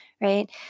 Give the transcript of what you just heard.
right